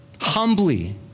Humbly